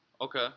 Okay